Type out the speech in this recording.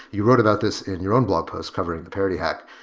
you wrote about this in your own blog post covering the parity hack.